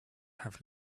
have